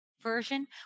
version